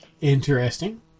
Interesting